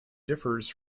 differs